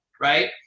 right